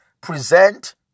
present